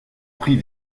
prit